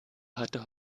hatte